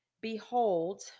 Behold